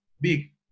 big